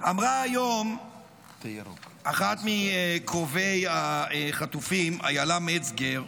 אמרה היום אחת מקרובי החטופים, אילה מצגר,